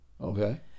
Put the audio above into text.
Okay